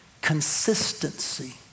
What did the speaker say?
consistency